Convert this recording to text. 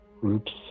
groups